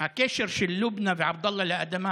הקשר של לובנא ועבדאללה לאדמה